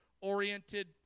oriented